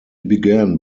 began